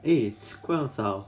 eh 困死了